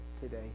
today